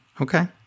Okay